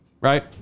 Right